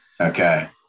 okay